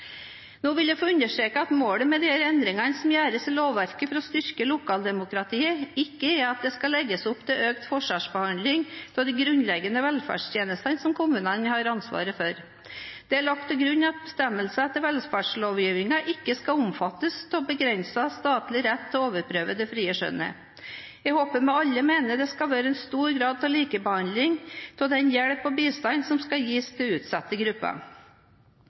vil få understreke at målet med de endringer som gjøres i lovverket for å styrke lokaldemokratiet, ikke er at det skal legges opp til økt forskjellsbehandling av de grunnleggende velferdstjenestene som kommunene har ansvaret for. Det er lagt til grunn at bestemmelser etter velferdslovgivningen ikke skal omfattes av begrenset statlig rett til å overprøve det frie skjønnet. Jeg håper vi alle mener det skal være en stor grad av likebehandling av den hjelp og bistand som skal gis til utsatte grupper.